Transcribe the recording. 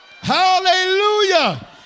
hallelujah